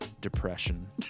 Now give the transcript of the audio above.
depression